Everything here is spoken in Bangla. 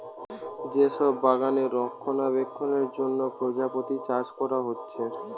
যে সব বাগানে রক্ষণাবেক্ষণের জন্যে প্রজাপতি চাষ কোরা হচ্ছে